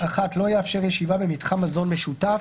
- לא יאפשר ישיבה במתחם מזון משותף.